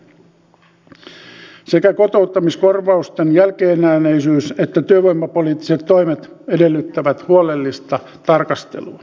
ongelma on tietenkin se että työvoimapoliittiset toimet edellyttävät huolellista tarkastelua